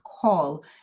call